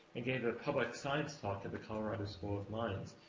and gave a public science talk at the colorado school of minds.